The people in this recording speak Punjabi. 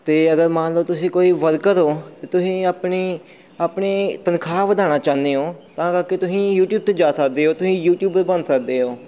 ਅਤੇ ਅਗਰ ਮੰਨ ਲਓ ਤੁਸੀਂ ਕੋਈ ਵਰਕਰ ਹੋ ਅਤੇ ਤੁਸੀਂ ਆਪਣੀ ਆਪਣੀ ਤਨਖਾਹ ਵਧਾਉਣਾ ਚਾਹੁੰਦੇ ਹੋ ਤਾਂ ਕਰਕੇ ਤੁਸੀਂ ਯੂਟੀਊਬ 'ਤੇ ਜਾ ਸਕਦੇ ਹੋ ਤੁਸੀਂ ਯੂਟੀਊਬਰ ਬਣ ਸਕਦੇ ਹੋ